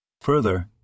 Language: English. Further